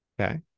Okay